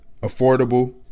affordable